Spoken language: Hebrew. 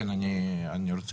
אקדים ואומר